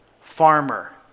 farmer